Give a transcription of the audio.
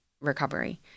recovery